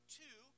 two